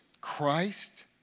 Christ